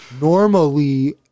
Normally